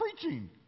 preaching